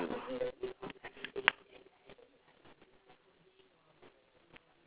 you